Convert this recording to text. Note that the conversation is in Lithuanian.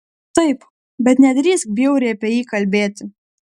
taip bet nedrįsk bjauriai apie jį kalbėti